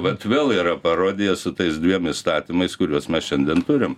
vat vėl yra parodija su tais dviem įstatymais kuriuos mes šiandien turim